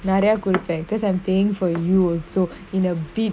நெரய குடுப்பன்:neraya kudupan because I'm paying for you also in a bit